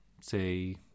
say